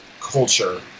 culture